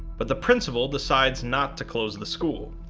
but the principal decides not to close the school.